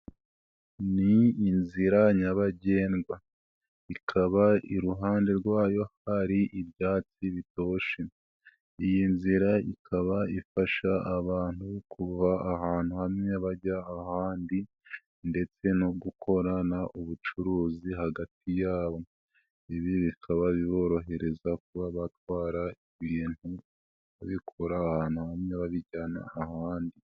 Ni inzira nyabagendwa ikaba iruhande rwayo hari ibyatsi bitoshye, iyi nzira ikaba ifasha abantu ahantu hamwe bajya ahandi, ndetse no gukorana ubucuruzi hagati yabo ibi bikaba biborohereza kuba batwara ibintu kubikura ahantu hamye babijyana ahandi.